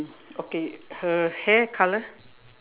okay her hair colour